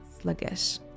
sluggish